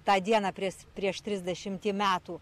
tą dieną pries prieš trisdešimtį metų